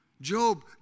Job